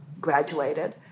graduated